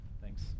Thanks